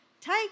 Take